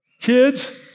kids